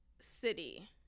city